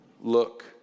look